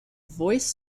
voiced